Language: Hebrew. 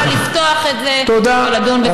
באמת נוכל לפתוח את זה ולדון בזה כמו שצריך.